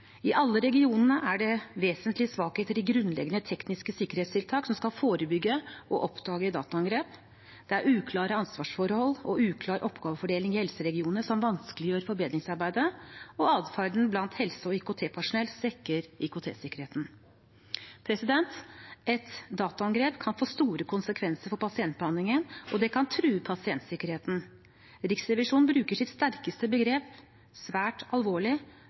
I alle regionene er det vesentlige svakheter i grunnleggende tekniske sikkerhetstiltak som skal forebygge og oppdage dataangrep, det er uklare ansvarsforhold og uklar oppgavefordeling i helseregionene som vanskeliggjør forbedringsarbeidet, og atferden blant helse- og IKT-personell svekker IKT-sikkerheten. Et dataangrep kan få store konsekvenser for pasientbehandlingen, og det kan true pasientsikkerheten. Riksrevisjonen bruker sitt sterkeste begrep, «svært alvorlig»,